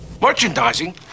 Merchandising